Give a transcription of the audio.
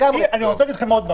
אני רוצה להגיד לכם עוד משהו.